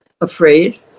afraid